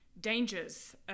dangers